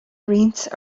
roinnt